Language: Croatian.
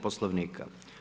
Poslovnika.